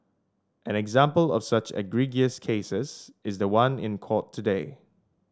an example of such egregious cases is the one in court today